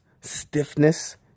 stiffness